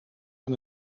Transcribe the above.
aan